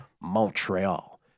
Montreal